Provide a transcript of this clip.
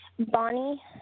Bonnie